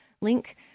link